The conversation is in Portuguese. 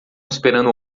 esperando